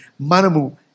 manamu